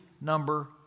number